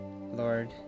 Lord